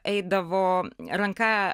eidavo ranka